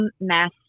mass